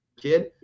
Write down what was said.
kid